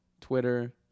Twitter